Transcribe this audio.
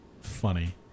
funny